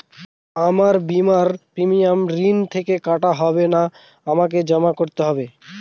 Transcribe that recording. আমার বিমার প্রিমিয়াম ঋণ থেকে কাটা হবে না আমাকে জমা করতে হবে?